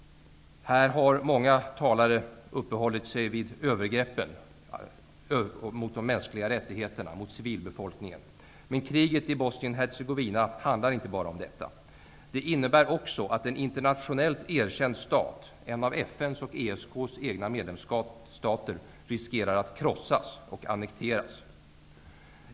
Här har många talare uppehållit sig vid brotten mot de mänskliga rättigheterna, övergreppen mot civilbefolkningen. Men kriget i Bosnien Hercegovina handlar inte bara om detta. Det innebär också att en internationellt erkänd stat, en av FN:s och ESK:s egna medlemsstater, riskerar att krossas och annekteras.